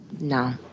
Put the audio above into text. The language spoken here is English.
No